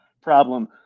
problem